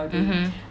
mmhmm